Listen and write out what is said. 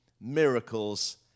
miracles